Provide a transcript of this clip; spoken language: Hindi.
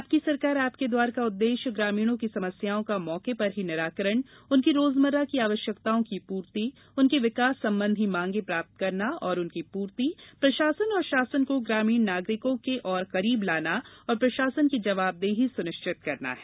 आपकी सरकार आपके द्वार का उद्देश्य ग्रामीणों की समस्याओं का मौके पर ही निराकरण उनकी रोजमर्रा की आवश्यकताओं की पूर्ति उनकी विकास संबंधी मांगें प्राप्त करना तथा उनकी पूर्ति प्रशासन और शासन को ग्रामीण नागरिकों के और करीब लाना और प्रशासन की जवाबदेही सुनिश्चित करना है